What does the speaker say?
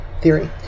theory